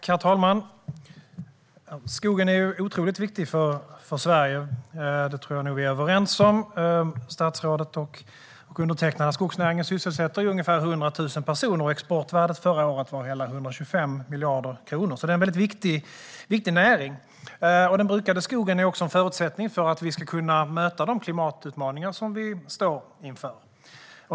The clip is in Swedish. Herr talman! Skogen är otroligt viktig för Sverige. Det tror jag att statsrådet och jag är överens om. Skogsnäringen sysselsätter ungefär 100 000 personer, och exportvärdet var förra året hela 125 miljarder kronor. Det är alltså en mycket viktig näring. Den brukade skogen är också en förutsättning för att vi ska kunna möta de klimatutmaningar som vi står inför.